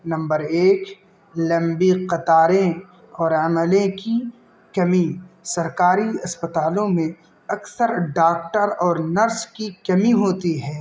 number ایک لمبی قطاریں اور ایم ایل اے کی کمی سرکاری اسپتالوں میں اکثر ڈاکٹر اور نرس کی کمی ہوتی ہے